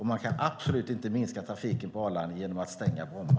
Man kan absolut inte minska trafiken på Arlanda genom att stänga Bromma.